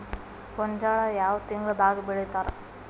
ಗೋಂಜಾಳ ಯಾವ ತಿಂಗಳದಾಗ್ ಬೆಳಿತಾರ?